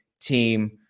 team